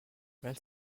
vingt